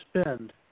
spend